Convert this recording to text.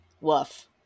woof